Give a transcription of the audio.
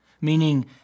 meaning